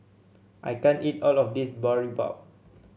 I can't eat all of this Boribap